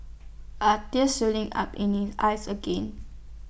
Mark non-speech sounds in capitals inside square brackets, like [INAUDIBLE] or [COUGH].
are tears welling up in [UNINTELLIGIBLE] eyes again